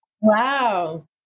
Wow